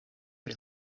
pri